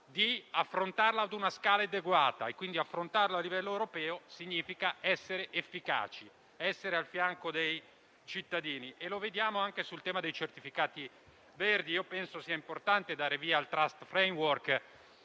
di affrontarla ad una scala adeguata. Affrontarla a livello europeo significa essere efficaci, essere al fianco dei cittadini. Lo vediamo anche sul tema dei certificati verdi. Io penso sia importante dare il via al *trust* *framework*,